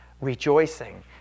rejoicing